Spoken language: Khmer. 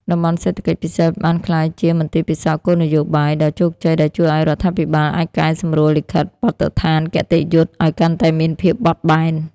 តំបន់សេដ្ឋកិច្ចពិសេស បានក្លាយជា "មន្ទីរពិសោធន៍គោលនយោបាយ" ដ៏ជោគជ័យដែលជួយឱ្យរដ្ឋាភិបាលអាចកែសម្រួលលិខិតបទដ្ឋានគតិយុត្តឱ្យកាន់តែមានភាពបត់បែន។